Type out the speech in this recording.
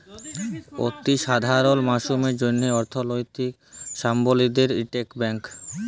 অতি সাধারল মালুসের জ্যনহে অথ্থলৈতিক সাবলম্বীদের রিটেল ব্যাংক